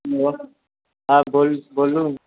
hello हँ बोलु बोलु